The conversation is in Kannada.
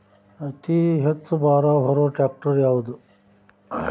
ಅತಿ ಹೆಚ್ಚ ಭಾರ ಹೊರು ಟ್ರ್ಯಾಕ್ಟರ್ ಯಾದು?